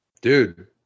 Dude